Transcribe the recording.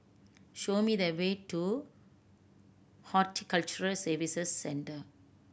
show me the way to Horticulture Services Centre